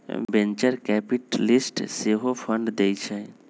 venture capitalist सेहो fund देइ छइ